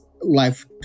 life